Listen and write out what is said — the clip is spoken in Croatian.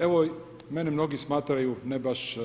Evo, mene mnogi smatraju ne baš